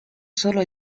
solo